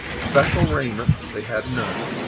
special raiment they had none,